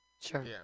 Sure